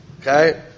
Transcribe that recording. okay